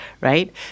right